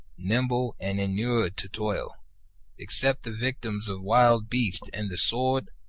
nimble, and inured to toil except the victims of wild beasts and the sword,